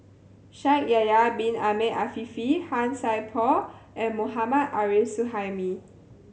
Shaikh Yahya Bin Ahmed Afifi Han Sai Por and Mohammad Arif Suhaimi